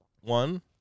one